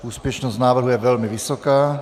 Úspěšnost návrhů je dnes velmi vysoká.